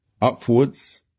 upwards